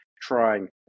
trying